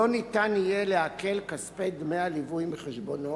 לא יהיה אפשר לעקל את כספי דמי הליווי מחשבונו,